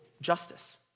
justice